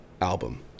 album